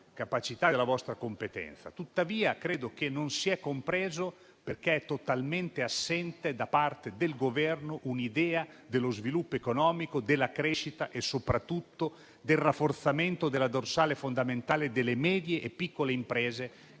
capacità e della vostra competenza; tuttavia, credo che non si sia compreso, perché è totalmente assente, da parte del Governo, un'idea dello sviluppo economico, della crescita e soprattutto del rafforzamento della dorsale fondamentale delle medie e piccole imprese,